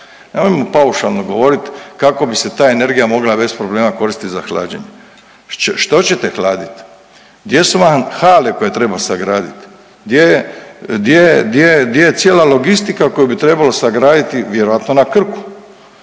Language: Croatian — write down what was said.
nemojmo paušalno govorit kako bi se ta energija mogla bez problema koristiti za hlađenje. Što ćete hladiti? Gdje su vam hale koje treba sagraditi, gdje je, gdje je cijela logistika koju bi trebalo sagraditi vjerojatno na Krku.